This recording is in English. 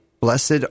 blessed